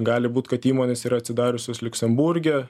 gali būt kad įmonės yra atsidariusios liuksemburge